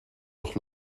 doch